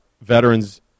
veterans